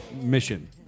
mission